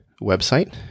website